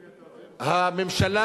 הממשלה,